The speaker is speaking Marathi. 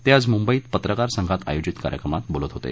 ते आज मुंबईत पत्रकार संघात आयोजित कार्यक्रमात बोलत होते